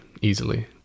easily